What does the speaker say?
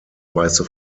weiße